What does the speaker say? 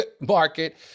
market